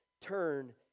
turn